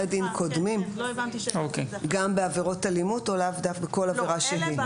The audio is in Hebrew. דין קודמים גם בעבירות אלימות או בכל עבירה שהיא?